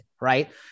Right